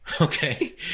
okay